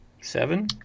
seven